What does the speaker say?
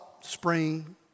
spring